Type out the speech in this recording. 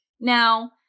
Now